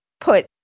put